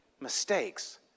mistakes